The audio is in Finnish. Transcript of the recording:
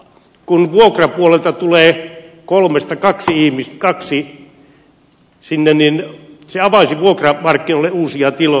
kun vuokrapuolelta tulee kolmesta kaksi sinne niin se avaisi vuokramarkkinoille uusia tiloja